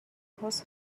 حوض